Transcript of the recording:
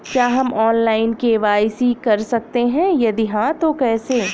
क्या हम online KYC कर सकते हैं यदि हाँ तो कैसे?